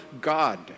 God